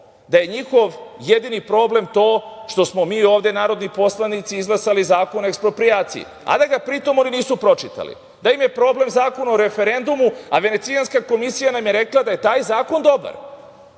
da je njihov jedini problem to što smo mi ovde narodni poslanici izglasali Zakon o eksproprijaciji, a da ga pritom oni nisu pročitali, da im je problem Zakon o referendumu, a Venecijanska komisija nam je rekla da je taj zakon dobar.